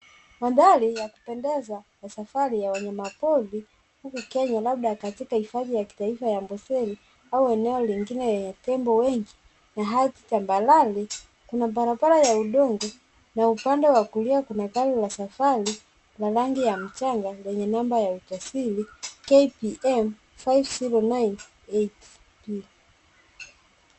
Mandhari ya kupendeza ya safari ya wanayapori huku Kenya labda katika hifadhi ya kitaifa ya Amboseli au eneo lingine lenye tembo wengi na hadi tambarare. Kuna barabara ya udongo na upande wa kulia kuna gari la safari la rangi ya mchanga lenye namba ya usajili KBM 5098 P.